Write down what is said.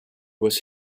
was